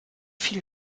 viel